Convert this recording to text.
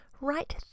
right